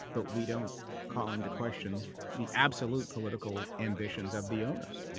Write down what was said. but we don't call into question the absolute political ambitions of the owners. yeah